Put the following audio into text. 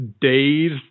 days